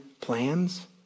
plans